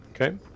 okay